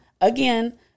again